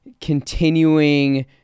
continuing